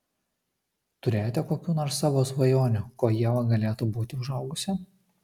turėjote kokių nors savo svajonių kuo ieva galėtų būti užaugusi